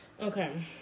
Okay